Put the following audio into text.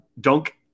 dunk